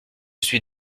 suis